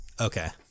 Okay